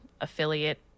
affiliate